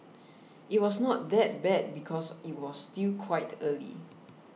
it was not that bad because it was still quite early